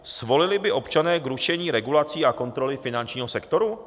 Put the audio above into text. Svolili by občané k rušení regulací a kontroly finančního sektoru?